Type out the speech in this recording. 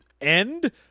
end